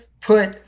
put